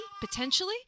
potentially